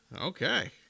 okay